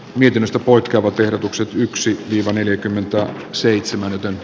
mietinnöstä poikkeavat ehdotukset tv yksi joka neljäkymmentä seitsemän